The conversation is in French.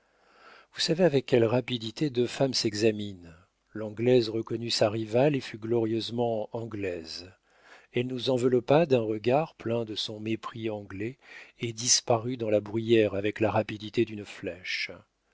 vous savez avec quelle rapidité deux femmes s'examinent l'anglaise reconnut sa rivale et fut glorieusement anglaise elle nous enveloppa d'un regard plein de son mépris anglais et disparut dans la bruyère avec la rapidité d'une flèche